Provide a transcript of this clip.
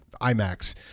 IMAX